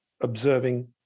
observing